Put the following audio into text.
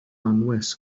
anwes